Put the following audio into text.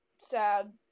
sad